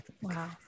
Wow